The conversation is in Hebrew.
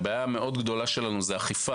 אבל הבעיה הגדולה ביותר שלנו היא האכיפה.